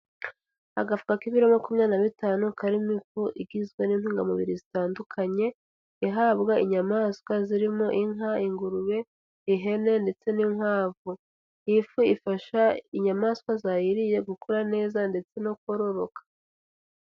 Agafuka k'ibiro makumyabiri na bitanu karimofu igizwe n'intungamubiri zitandukanye ihabwa inyamaswa zirimo inka, ingurube, ihene, ndetse n'inkwavu, iyi ifu ifasha inyamaswa zayiriye gukura neza ndetse no kororoka.